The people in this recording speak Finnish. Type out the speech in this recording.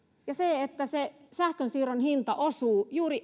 ja se sähkönsiirron hinta osuu eniten juuri